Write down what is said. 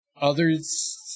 others